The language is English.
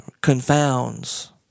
confounds